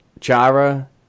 Chara